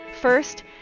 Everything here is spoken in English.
First